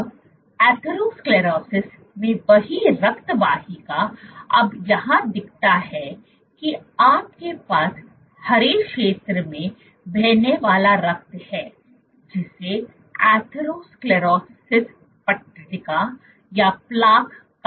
अब एथेरोस्क्लेरोसिस में वही रक्त वाहिका अब यहां दिखता है कि आपके पास हरे क्षेत्र में बहने वाला रक्त है जिसे एथेरोस्क्लेरोसिस पट्टिका atherosclerosis plaque कहा जाता है